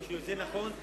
זה נכון,